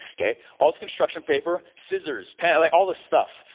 okay? all this construction paper, scissors, pen, like all this stuff,